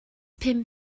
pum